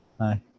Hi